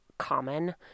common